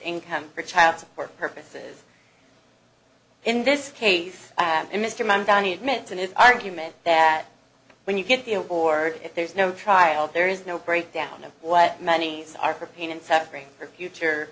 income for child support purposes in this case mr mom danny admits in his argument that when you get the award if there's no trial there is no breakdown of what monies are for pain and suffering for future